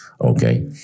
Okay